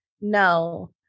no